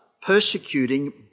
persecuting